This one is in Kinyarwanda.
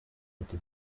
ati